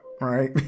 right